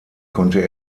konnte